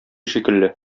шикелле